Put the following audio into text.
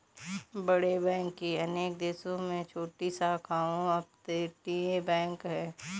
बड़े बैंक की अनेक देशों में छोटी शाखाओं अपतटीय बैंक है